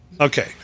Okay